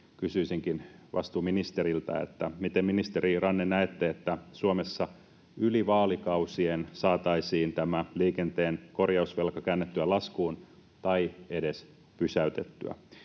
kysyisinkin vastuuministeriltä, miten näette, ministeri Ranne, että Suomessa yli vaalikausien saataisiin tämä liikenteen korjausvelka käännettyä laskuun tai edes pysäytettyä?